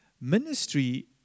Ministry